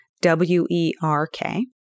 W-E-R-K